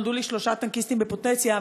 נולדו לי שלושה טנקיסטים בפוטנציה,